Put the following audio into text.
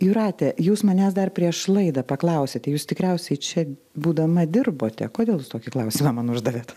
jūrate jūs manęs dar prieš laidą paklausėte jūs tikriausiai čia būdama dirbote kodėl jūs tokį klausimą man uždavėt